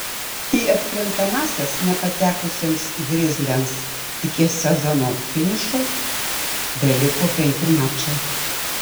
į atkrintamąsias nepatekusiems grizliams iki sezono finišo beliko penki mačai